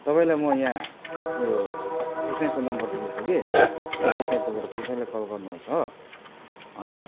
तपाईँलाई म यहाँ उयो पुसैको नम्बर दिँदैछु कि तपाईँ त्यहाँ पुगेर पुसैलाई कल गर्नुहोस् हो अन्त